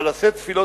אבל לשאת תפילות,